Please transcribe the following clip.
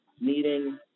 meeting